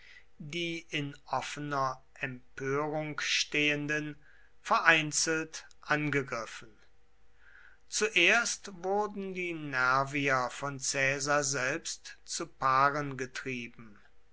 die in offener empörung stehenden vereinzelt angegriffen zuerst wurden die nervier von caesar selbst zu paaren getrieben